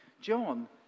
John